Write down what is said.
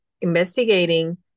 investigating